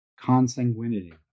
consanguinity